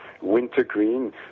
wintergreen